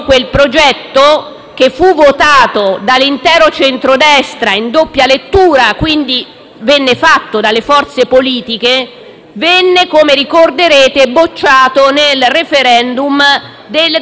che fu votato dall'intero centrodestra in doppia lettura (quindi venne approvato dalle forze politiche), fu, come ricorderete, bocciato nel *referendum* del 2006;